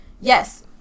yes